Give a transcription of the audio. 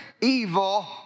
evil